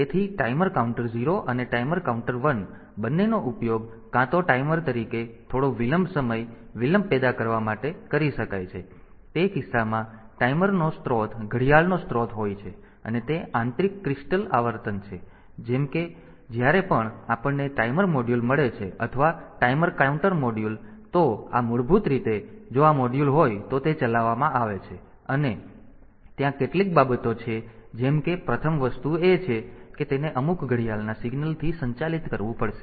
તેથી timer counter 0 અને timer counter 1 બંનેનો ઉપયોગ કાં તો ટાઈમર તરીકે થોડો વિલંબ સમય વિલંબ પેદા કરવા માટે કરી શકાય છે તે કિસ્સામાં ટાઈમરનો સ્ત્રોત ઘડિયાળનો સ્ત્રોત હોય છે અને તે આંતરિક ક્રિસ્ટલ આવર્તન છે જેમ કે જ્યારે પણ આપણને ટાઈમર મોડ્યુલ મળે છે અથવા કાઉન્ટર મોડ્યુલ તો આ મૂળભૂત રીતે જો આ મોડ્યુલ હોય તો તે ચલાવવામાં આવે છે અને ત્યાં કેટલીક બાબતો છે જેમ કે પ્રથમ વસ્તુ એ છે કે તેને અમુક ઘડિયાળના સિગ્નલથી સંચાલિત કરવું પડશે